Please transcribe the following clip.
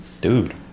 dude